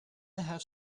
have